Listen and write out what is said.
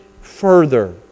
further